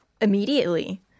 immediately